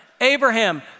Abraham